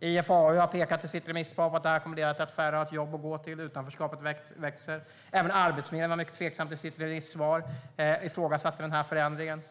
IFAU har i sitt remissvar pekat på att det här kommer att leda till att färre har ett jobb att gå till och till att utanförskapet växer. Även Arbetsförmedlingen var mycket tveksam i sitt remissvar och ifrågasatte den här förändringen.